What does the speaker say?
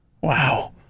Wow